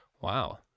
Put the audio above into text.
wow